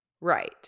Right